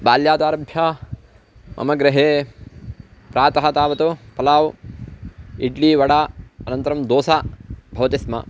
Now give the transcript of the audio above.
बाल्यादारभ्य मम गृहे प्रातः तावत् पलाव् इड्ली वडा अनन्तरं दोसा भवति स्म